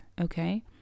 Okay